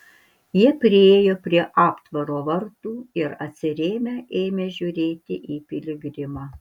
jie priėjo prie aptvaro vartų ir atsirėmę ėmė žiūrėti į piligrimą